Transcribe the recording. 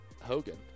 Hogan